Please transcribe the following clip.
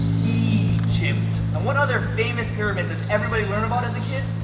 eee-gypt. and what other famous pyramid does everybody learn about as a kid?